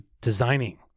designing